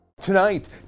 Tonight